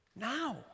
Now